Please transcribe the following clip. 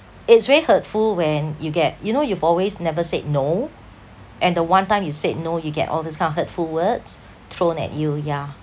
it's very hurtful when you get you know you've always never said no and the one time you said no you get all these kind of hurtful words thrown at you yeah